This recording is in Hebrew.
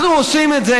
אנחנו עושים את זה,